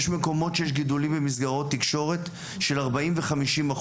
יש מקומות שיש גידולים במסגרות תקשורת של 40% ו-50%.